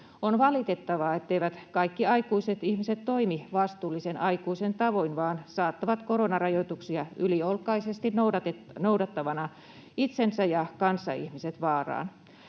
On valitettavaa, etteivät kaikki aikuiset ihmiset toimi vastuullisen aikuisen tavoin vaan saattavat koronarajoituksia yliolkaisesti noudattavina itsensä ja kanssaihmiset vaaraan.